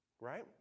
Right